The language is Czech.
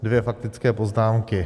Dvě faktické poznámky.